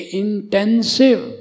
intensive